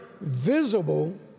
visible